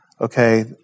Okay